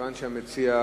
מכיוון שהמציע,